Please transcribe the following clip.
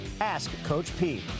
#AskCoachP